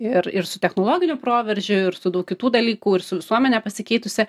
ir ir su technologiniu proveržiu ir su daug kitų dalykų ir su visuomene pasikeitusia